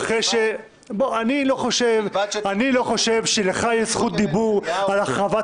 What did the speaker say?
ובלבד --- אני לא חושב שלך יש זכות דיבור על החרבת